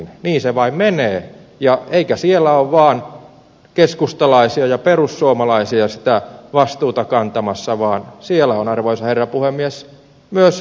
niin se vain menee eikä siellä ole vaan keskustalaisia ja perussuomalaisia sitä vastuuta kantamassa vaan siellä on arvoisa herra puhemies myös hallituspuolueitten edustajia